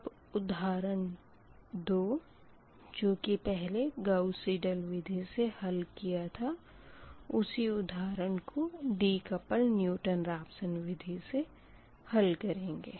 अब उधारण 2 जो की पहले गाऊस सिडल विधि से हल किया था उसी उदाहरण को डीकपल न्यूटन रेपसन विधी से हल करेंगे